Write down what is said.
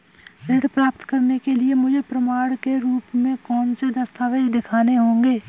ऋण प्राप्त करने के लिए मुझे प्रमाण के रूप में कौन से दस्तावेज़ दिखाने होंगे?